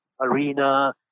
arena